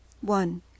one